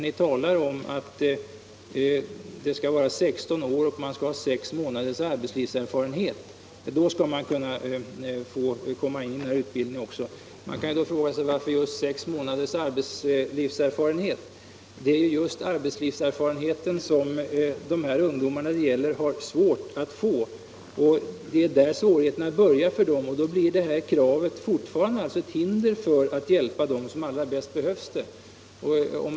Ni talar om att den som är 16 år och har 6 månaders arbetslivserfarenhet skall kunna antas till särskild yrkesinriktad utbildning. Varför kräva 6 månaders arbetslivserfarenhet? Det är just arbetslivserfarenheten som de ungdomar det gäller har svårt att få. Det är där svårigheterna börjar för dem, och då blir det här kravet ett hinder för att hjälpa dem som allra bäst behöver hjälp.